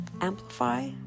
Amplify